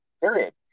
period